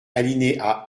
alinéa